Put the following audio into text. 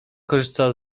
korzysta